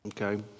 Okay